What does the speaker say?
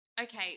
okay